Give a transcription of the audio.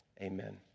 amen